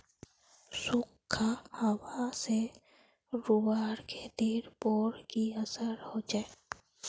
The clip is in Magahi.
सुखखा हाबा से रूआँर खेतीर पोर की असर होचए?